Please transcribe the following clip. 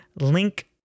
link